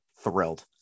thrilled